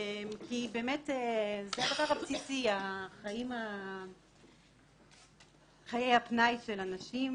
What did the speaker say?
כי באמת זה הדבר הבסיסי, חיי הפנאי של אנשים